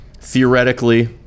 Theoretically